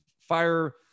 fire